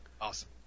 awesome